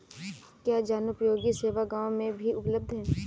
क्या जनोपयोगी सेवा गाँव में भी उपलब्ध है?